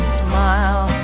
smile